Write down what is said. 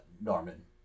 Norman